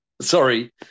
Sorry